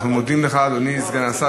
אנחנו מודים לך, אדוני סגן השר.